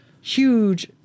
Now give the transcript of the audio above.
huge